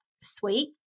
sweet